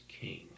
king